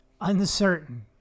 Uncertain